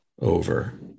Over